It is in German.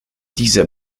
diese